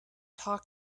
talk